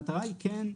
המטרה היא כן,